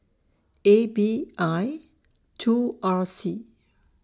A B I two R C